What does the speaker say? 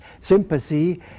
sympathy